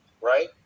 right